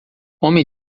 homem